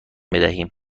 بدهیم